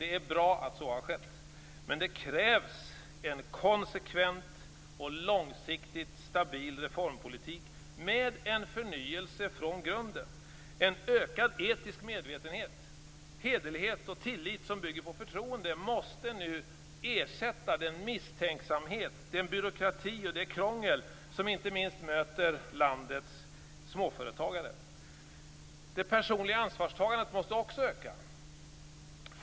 Det är bra att så har skett. Men det krävs en konsekvent och långsiktigt stabil reformpolitik med en förnyelse från grunden, en ökad etisk medvetenhet. Hederlighet och tillit som bygger på förtroende måste ersätta den misstänksamhet, den byråkrati och det krångel som inte minst landets småföretagare möter. Det personliga ansvarstagandet måste också öka.